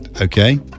Okay